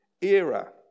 era